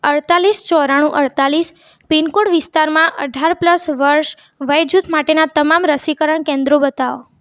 અડતાલીસ ચોરાણું અડતાલીસ પિનકોડ વિસ્તારમાં અઢાર પ્લસ વર્ષ વયજૂથ માટેનાં તમામ રસીકરણ કેન્દ્રો બતાવો